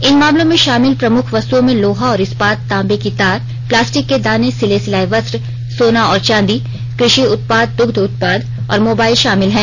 इन मामलों में शामिल प्रमुख वस्तुओँ में लोहा और इस्पात तांबे की तार प्लास्टिक के दाने सिले सिलाए वस्त्र सोना और चांदी कृषि उत्पाद दुग्ध उत्पाद और मोबाइल शामिल हैं